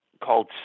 called